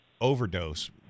overdose